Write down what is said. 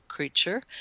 creature